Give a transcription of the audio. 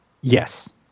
Yes